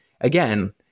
again